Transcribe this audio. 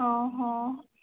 ହଁ ହଁ